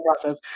process